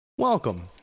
Welcome